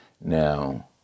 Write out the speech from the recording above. Now